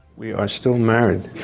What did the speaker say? we are still married.